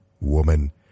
Woman